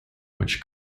which